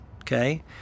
okay